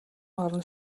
оронд